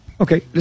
Okay